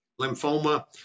lymphoma